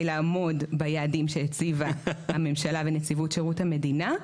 לעמוד ביעדים שהציעה הממשלה ונציבות שירות המדינה.